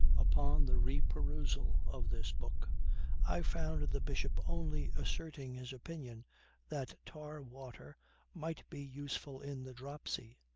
upon the reperusal of this book i found the bishop only asserting his opinion that tar-water might be useful in the dropsy,